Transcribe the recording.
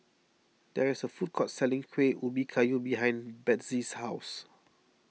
there is a food court selling Kueh Ubi Kayu behind Bethzy's house